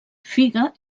figa